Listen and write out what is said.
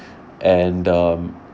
and um